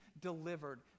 delivered